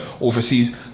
overseas